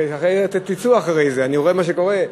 אתם תצאו אחרי זה, אני רואה מה שקורה.